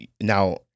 Now